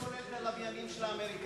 מי שקולט את הלוויינים של האמריקנים?